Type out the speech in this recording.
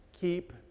Keep